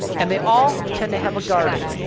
and they all tend to have a garden.